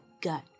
gut